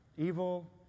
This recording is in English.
evil